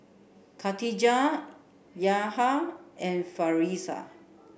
Khatijah Yahya and Firash